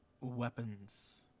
weapons